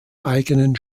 eigenen